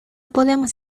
podemos